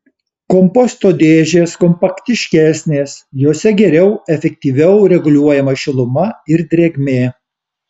komposto dėžės kompaktiškesnės jose geriau efektyviau reguliuojama šiluma ir drėgmė